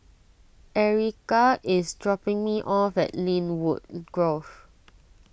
Erykah is dropping me off at Lynwood Grove